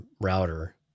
router